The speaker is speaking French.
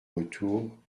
retour